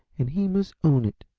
and he must own it.